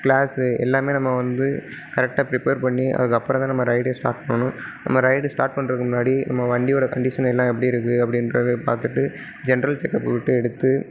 class எல்லாமே நம்ம வந்து கரெக்டாக ப்ரிப்பேர் பண்ணி அதுக்கப்புறம் தான் நம்ம ரைடே ஸ்டாட் பண்ணணும் நம்ம ரைடு ஸ்டாட் பண்ணுறத்துக்கு முன்னாடி நம்ம வண்டியோட கண்டிஷன்யெல்லாம் எப்படி இருக்குது அப்படின்றத பார்த்துட்டு ஜென்ட்ரல் செக் அப்பு விட்டு எடுத்து